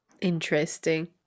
interesting